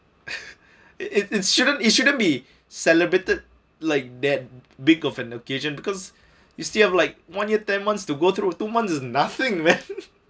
it it shouldn't it shouldn't be celebrated like that big of an occasion because you still have like one year ten months to go through two months is nothing man